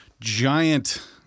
giant